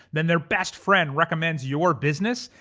then their best friend recommends your business.